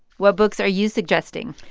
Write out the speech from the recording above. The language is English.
what books are you suggesting?